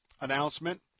announcement